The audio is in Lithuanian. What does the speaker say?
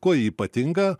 kuo ji ypatinga